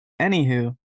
Anywho